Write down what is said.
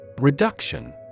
Reduction